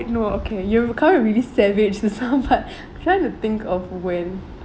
no okay you've come up with really savage ones but trying to think of when